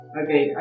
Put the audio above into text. okay